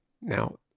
Now